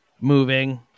moving